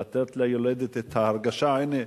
לתת ליולדת את ההרגשה: הנה,